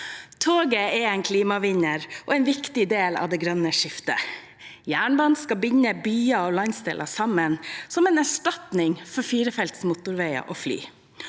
Toget er en klimavinner og en viktig del av det grønne skiftet. Jernbanen skal binde byer og landsdeler sammen som en erstatning for firefelts motorveier og fly.